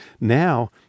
Now